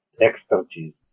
expertise